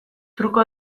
truko